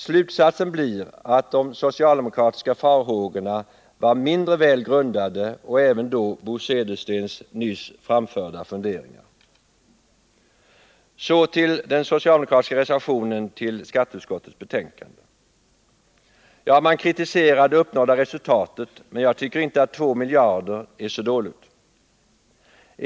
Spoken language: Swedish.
Slutsatsen blir att de socialdemokratiska farhågorna och även Bo Söderstens nyss framförda funderingar var mindre väl grundade. Så till den socialdemokratiska reservationen till skatteutskottets betänkande. Man kritiserar i reservationen det uppnådda resultatet, men jag tycker inte att 2 miljarder är så dåligt.